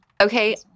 okay